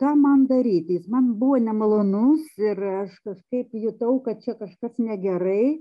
ką man daryti jis man buvo nemalonus ir aš kažkaip jutau kad čia kažkas negerai